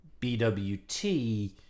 BWT